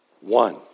one